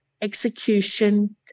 execution